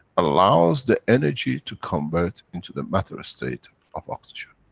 allows the energy to convert into the matter-state of oxygen.